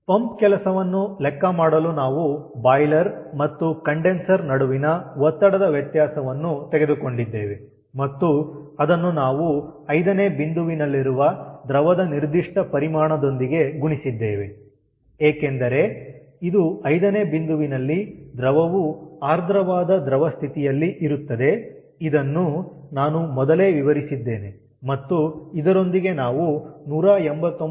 pump ಕೆಲಸವನ್ನು ಲೆಕ್ಕ ಮಾಡಲು ನಾವು ಬಾಯ್ಲರ್ ಮತ್ತು ಕಂಡೆನ್ಸರ್ ನಡುವಿನ ಒತ್ತಡದ ವ್ಯತ್ಯಾಸವನ್ನು ತೆಗೆದುಕೊಂಡಿದ್ದೇವೆ ಮತ್ತು ಅದನ್ನು ನಾವು 5ನೇ ಬಿಂದುವಿನಲ್ಲಿರುವ ದ್ರವದ ನಿರ್ದಿಷ್ಟ ಪರಿಮಾಣದೊಂದಿಗೆ ಗುಣಿಸಿದ್ದೇವೆ ಏಕೆಂದರೆ ಇದು 5ನೇ ಬಿಂದುವಿನಲ್ಲಿ ದ್ರವವು ಆರ್ದ್ರವಾದ ದ್ರವ ಸ್ಥಿತಿಯಲ್ಲಿ ಇರುತ್ತದೆ ಇದನ್ನು ನಾನು ಮೊದಲೇ ವಿವರಿಸಿದ್ದೇನೆ ಮತ್ತು ಇದರೊಂದಿಗೆ ನಾವು 189